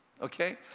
okay